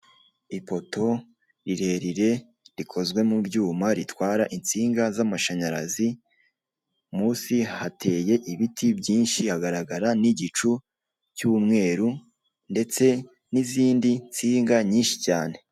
Ipoto rirerire rikozwe mu byuma ritwara insinga z'amashanyarazi, munsi hateye ibiti byinshi hagaragara n'igicu cy'umweru ndetse n'izindi nsinga nyinshi cyane.